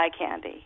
candy